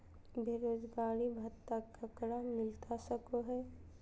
बेरोजगारी भत्ता ककरा मिलता सको है?